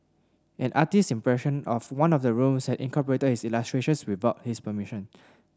an artist's impression of one of the rooms had incorporated his illustrations without his permission